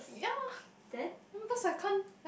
yeah maybe because I can't I